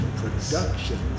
production